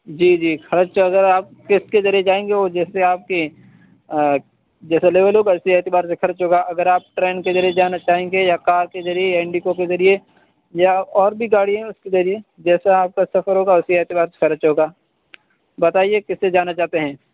جی جی خرچ اگر آپ کس کے ذریعے جائیں گے وہ جس سے آپ کی جیسے لیول ہوگا اسی اعتبار سے خرچ ہوگا اگر آپ ٹرین کے ذریعے جانا چاہیں گے یا کار کے ذریعے یا انڈیکو کے ذریعے یا اور بھی گاڑی ہیں اس کے ذریعے جیسا آپ کا سفر ہوگا اسی اعتبار سے خرچ ہوگا بتائیے کس سے جانا چاہتے ہیں